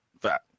fat